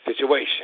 situation